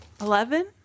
Eleven